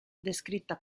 descritta